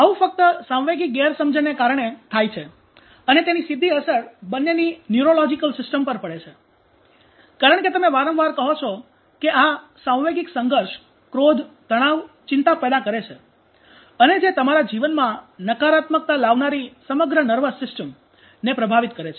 આવું ફક્ત સાંવેગિક ગેરસમજને કારણે થાય છે અને તેની સીધી અસર બંનેની ન્યુરોલોજીકલ સિસ્ટમ પર પડે છે કારણ કે તમે વારંવાર કહો છો કે આ ભાવનાત્મકસાંવેગિક સંઘર્ષ ક્રોધ તણાવ ચિંતા પેદા કરે છે જે તમારા જીવનમાં નકારાત્મકતા લાવનારી સમગ્ર નર્વસજ્ઞાનતંતુની સિસ્ટમને પ્રભાવિત કરે છે